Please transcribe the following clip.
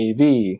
AV